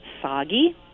soggy